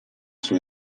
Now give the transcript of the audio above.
suo